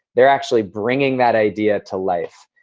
they're actually bringing that idea to life.